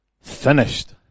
finished